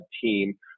team